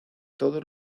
todos